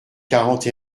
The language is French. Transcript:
quarante